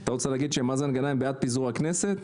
אתה רוצה להגיד שמאזן גנאים בעד פיזור הכנסת?